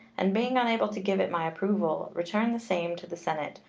and, being unable to give it my approval, return the same to the senate,